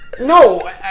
No